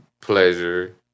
pleasure